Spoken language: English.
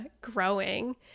growing